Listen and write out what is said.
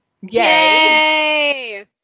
Yay